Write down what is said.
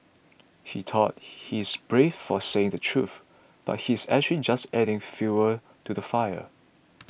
he thought he's brave for saying the truth but he's actually just adding fuel to the fire